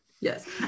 Yes